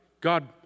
God